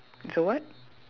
it's a what